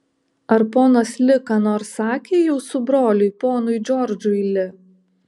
ar ponas li ką nors sakė jūsų broliui ponui džordžui li